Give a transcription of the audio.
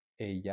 ella